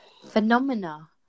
Phenomena